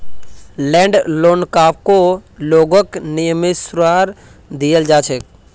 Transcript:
land लोनकको लोगक नियमानुसार दियाल जा छेक